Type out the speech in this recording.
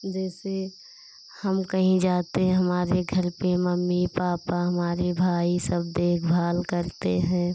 जैसे हम कहीं जाते हैं हमारे घर पर मम्मी पापा हमारे भाई सब देखभाल करते हैं